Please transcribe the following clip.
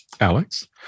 Alex